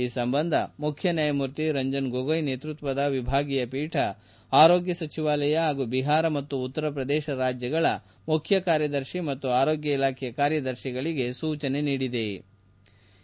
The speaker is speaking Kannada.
ಈ ಸಂಬಂಧ ಮುಖ್ಯ ನ್ಯಾಯಮೂರ್ತಿ ರಂಜನ್ ಗೊಗೋಯ್ ನೇತೃತ್ವದ ವಿಭಾಗೀಯ ಪೀಠ ಆರೋಗ್ಯ ಸಚಿವಾಲಯ ಹಾಗೂ ಬಿಹಾರ ಮತ್ತು ಉತ್ತರ ಪ್ರದೇಶ ರಾಜ್ಗಳ ಮುಖ್ಯ ಕಾರ್ಯದರ್ಶಿ ಮತ್ತು ಆರೋಗ್ಯ ಇಲಾಖೆ ಕಾರ್ಯದರ್ಶಿಗಳಿಗೆ ಸೂಚನೆ ನೀಡಿದ್ಗಾರೆ